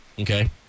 okay